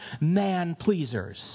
man-pleasers